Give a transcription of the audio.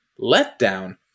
letdown